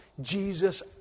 Jesus